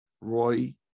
Roy